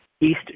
East